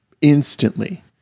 Instantly